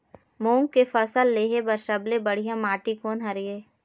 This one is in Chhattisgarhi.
मूंग के फसल लेहे बर सबले बढ़िया माटी कोन हर ये?